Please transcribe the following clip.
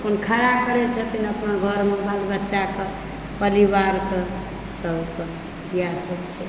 अपन खड़ा करै छथिन अपन घरमे बाल बच्चाकेँ परिवारके सबकेँ इएह सब छै